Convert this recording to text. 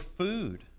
food